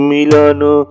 Milano